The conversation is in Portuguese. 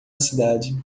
cidade